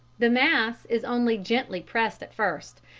the mass is only gently pressed at first,